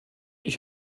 ich